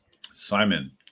Simon